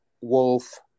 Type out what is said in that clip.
wolf